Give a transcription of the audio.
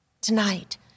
tonight